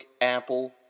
Apple